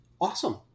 awesome